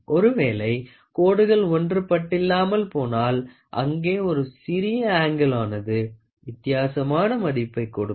ஒரு வேளை கோடுகள் ஒன்றுபட்டில்லாமல் போனாள் அங்கே ஒரு சிறிய அங்கிளானது வித்தியாசமான மதிப்பை கொடுக்கும்